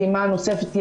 הפעימה הנוספת,